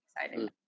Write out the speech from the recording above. Exciting